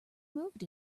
moved